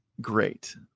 great